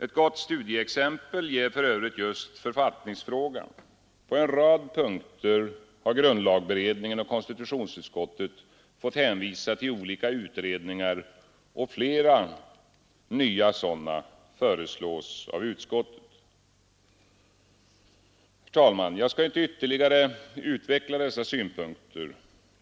Ett gott studieexempel ger för övrigt just författningsfrågan: på en rad punkter har grundlagberedningen och konstitutionsutskottet fått hänvisa till olika utredningar, och flera nya sådana föreslås av utskottet. Herr talman! Jag skall inte ytterligare utveckla dessa synpunkter.